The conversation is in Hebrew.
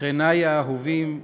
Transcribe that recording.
שכני האהובים,